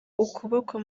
ukuboko